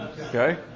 Okay